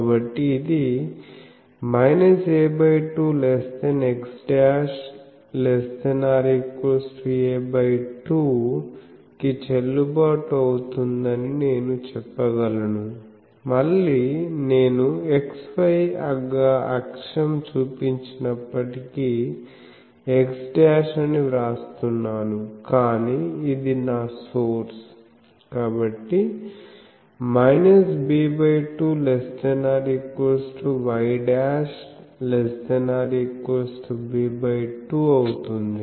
కాబట్టి ఇది a2x'≤ a2 కి చెల్లుబాటు అవుతుందని నేను చెప్పగలను మళ్ళీ నేను x y గా అక్షం చూపించినప్పటికీ x' అని వ్రాస్తున్నాను కానీ ఇది నా సోర్స్ కాబట్టి b2≤y'≤ b2 అవుతుంది